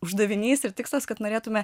uždavinys ir tikslas kad norėtume